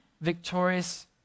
victorious